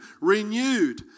renewed